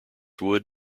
wood